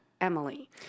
Emily